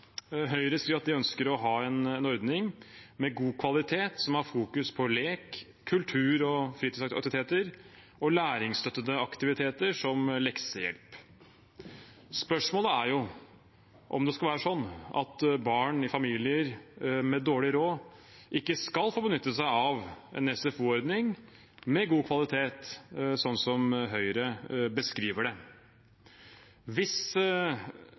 Høyre skriver at de ønsker å ha «en skolefritidsordning med god kvalitet som har fokus på lek, kultur- og fritidsaktiviteter og læringsstøttende aktiviteter som leksehjelp». Spørsmålet er om det skal være sånn at barn i familier med dårlig råd ikke skal få benytte seg av en SFO-ordning med god kvalitet, slik Høyre beskriver det. Hvis